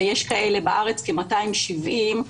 ויש כאלה כ-270 בארץ,